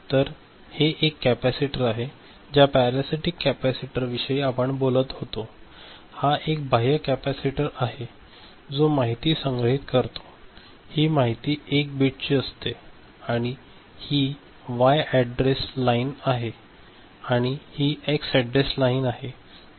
तर हे एक कॅपेसिटर आहे ज्या पॅरासिटिक कॅपेसिटरविषयी आपण बोलत होतो हा एक बाह्य कॅपेसिटर आहे जो माहिती संग्रहित करतो ही माहिती 1 बिटची असते आणि ही वाय अॅड्रेस लाइन आहे आणि ही एक्स अॅड्रेस लाइन आहे